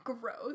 Gross